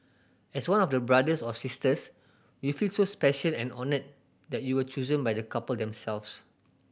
as one of brothers or sisters you feel so special and honoured that you were chosen by the couple themselves